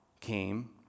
came